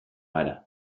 gara